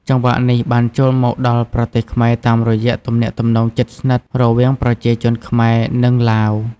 ចង្វាក់នេះបានចូលមកដល់ប្រទេសខ្មែរតាមរយៈទំនាក់ទំនងជិតស្និទ្ធរវាងប្រជាជនខ្មែរ និងឡាវ។